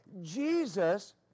Jesus